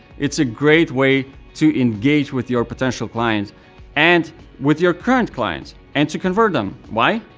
it's a great way to engage with your potential clients and with your current clients and to convert them. why?